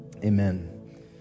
Amen